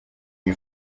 you